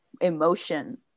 emotion